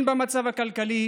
הן במצב הכלכלי